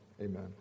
Amen